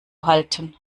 halten